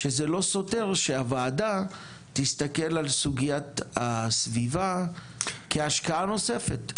שזה לא סותר שהוועדה תסתכל על סוגיית הסביבה כהשקעה נוספת.